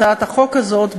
הצעת החוק הזאת,